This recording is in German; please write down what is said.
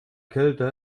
kälte